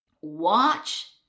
Watch